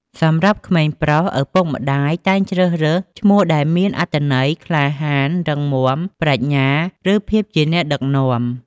សម្រាប់ក្មេងប្រុស ឪពុកម្តាយតែងជ្រើសរើសឈ្មោះដែលមានអត្ថន័យក្លាហាន រឹងមាំ ប្រាជ្ញា ឬភាពជាអ្នកដឹកនាំ។